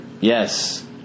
Yes